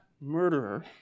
murderer